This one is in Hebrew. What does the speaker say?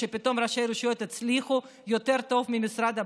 שפתאום ראשי רשויות יצליחו יותר טוב ממשרד הבריאות?